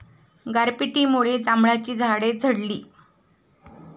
गारपिटीमुळे जांभळाची झाडे झडली